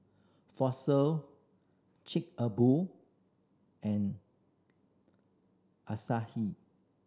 Fossil Chic a Boo and Asahi